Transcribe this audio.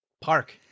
Park